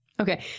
Okay